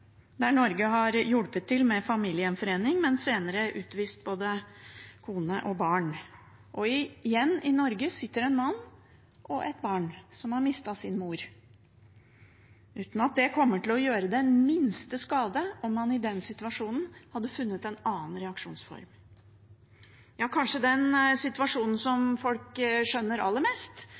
der Norge har hjulpet til med familiegjenforening, men senere utvist både kone og barn. Igjen i Norge sitter det en mann og et barn som har mistet sin mor. Det hadde ikke kommet til å gjøre den minste skade om man i den situasjonen hadde funnet en annen reaksjonsform. Den situasjonen som folk kanskje skjønner aller